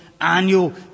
Annual